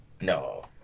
No